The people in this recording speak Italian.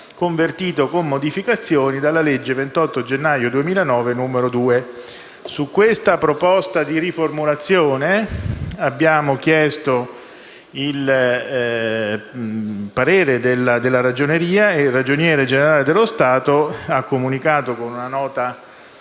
convertito, con modificazioni, dalla legge 28 gennaio 2009, n. 2». Su questa proposta di riformulazione, abbiamo chiesto il parere della Ragioneria ed il Ragioniere generale dello Stato ha comunicato, con una nota